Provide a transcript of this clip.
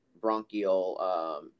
bronchial